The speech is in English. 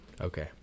Okay